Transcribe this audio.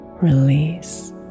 release